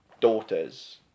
daughters